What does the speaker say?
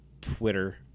Twitter